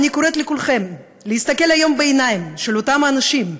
אני קוראת לכולכם להסתכל היום בעיניים של אותם האנשים,